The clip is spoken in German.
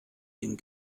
dem